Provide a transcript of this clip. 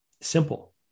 Simple